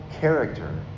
character